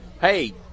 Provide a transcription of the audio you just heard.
hey